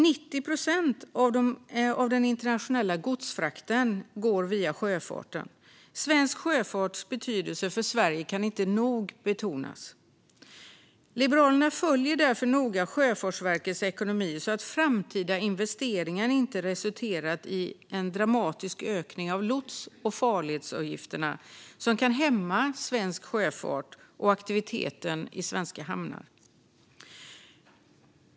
90 procent av den internationella godsfrakten går via sjöfarten. Svensk sjöfarts betydelse för Sverige kan inte nog betonas. Liberalerna följer därför noga Sjöfartsverkets ekonomi, så att framtida investeringar inte resulterar i en dramatisk ökning av lots och farledsavgifterna, som kan hämma svensk sjöfart och aktiviteten i svenska hamnar.